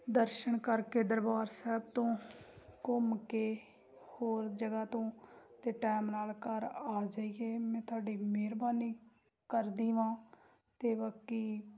ਦਰਸ਼ਨ ਕਰਕੇ ਦਰਬਾਰ ਸਾਹਿਬ ਤੋਂ ਘੁੰਮ ਕੇ ਹੋਰ ਜਗ੍ਹਾ ਤੋਂ ਅਤੇ ਟਾਈਮ ਨਾਲ ਘਰ ਆ ਜਾਈਏ ਮੈਂ ਤੁਹਾਡੀ ਮਿਹਰਬਾਨੀ ਕਰਦੀ ਹਾਂ ਅਤੇ ਬਾਕੀ